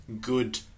good